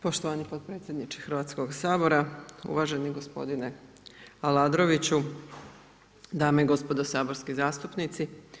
Poštovan potpredsjedniče Hrvatskog sabora, uvaženi gospodine Aladrović, dame i gospodo saborski zastupnici.